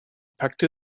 packte